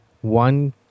one